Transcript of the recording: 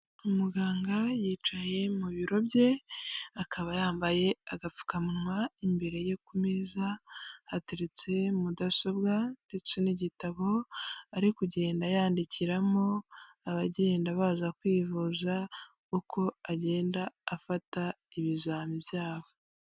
Umuganga yicaye mu biro bye akaba yambaye agapfukanwa imbere ye ku meza hateretse mudasobwa ndetse n'igitabo ari kugenda yandikiramo abagenda baza kwivuza uko agenda afata ibizami byabo.